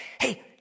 Hey